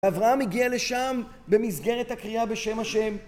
אברהם הגיע לשם במסגרת הקריאה בשם ה'.